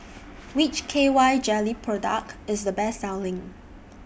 Which K Y Jelly Product IS The Best Selling